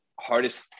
hardest